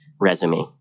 resume